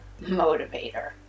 motivator